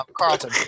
Carlton